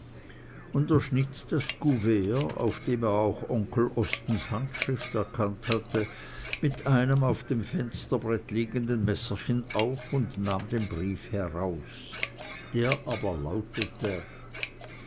und er schnitt das couvert auf dem er auch onkel ostens handschrift erkannt hatte mit einem auf dem fensterbrett liegenden messerchen auf und nahm den brief heraus der aber lautete